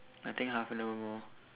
I think half an hour more